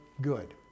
good